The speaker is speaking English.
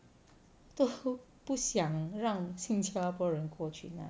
都不想让新加坡人过去那里